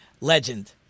legend